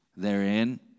Therein